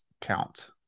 count